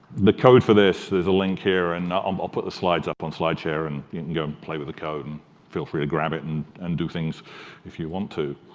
the code for this there's a link here, and um i'll put the slides up on slideshare, and you can go play with the code and feel free to grab it and and do things if you want to.